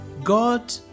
God